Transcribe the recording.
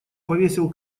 повесил